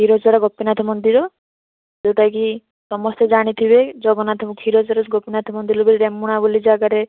କ୍ଷୀରଚୋରା ଗୋପୀନାଥ ମନ୍ଦିର ଯେଉଁଟା କି ସମସ୍ତେ ଜାଣିଥିବେ ଜଗନ୍ନାଥଙ୍କୁ କ୍ଷୀରଚୋରା ଗୋପୀନାଥ ମନ୍ଦିର ବୋଲି ରେମୁଣା ବୋଲି ଜାଗାରେ